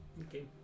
Okay